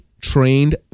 trained